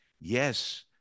yes